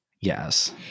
Yes